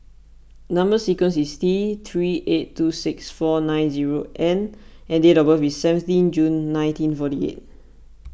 Number Sequence is T three eight two six four nine zero N and date of birth is seventeen June nineteen forty eight